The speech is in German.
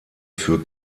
für